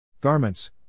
Garments